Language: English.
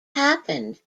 happened